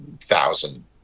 thousand